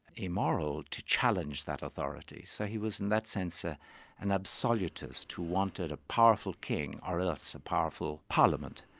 immoral, to challenge that authority. so he was in that sense, ah an absolutist who wanted a powerful king, or else a powerful parliament.